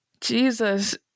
jesus